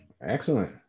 Excellent